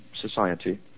society